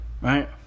right